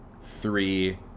three